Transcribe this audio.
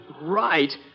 Right